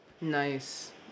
nice